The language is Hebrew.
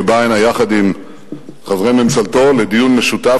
שבא הנה יחד עם חברי ממשלתו לדיון משותף,